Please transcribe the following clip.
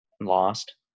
lost